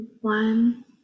one